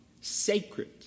sacred